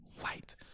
white